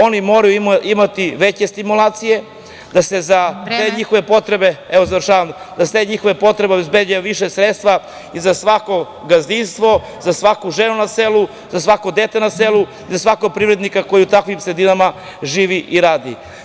Oni moraju imati veće stimulacije, da se za te njihove potrebe obezbedi više sredstva za svako gazdinstvo, za svaku ženu na selu, za svako dete na selu, za svakog privrednika koji u takvim sredinama živi i radi.